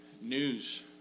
news